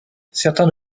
certains